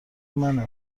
منه